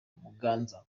muganza